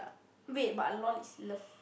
wait but Lol is love